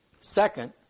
Second